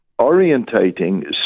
orientating